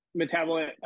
metabolite